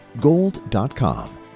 gold.com